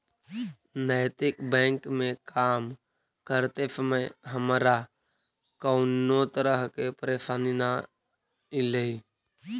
नैतिक बैंक में काम करते समय हमारा कउनो तरह के परेशानी न ईलई